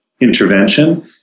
intervention